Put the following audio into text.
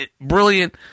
brilliant